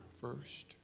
first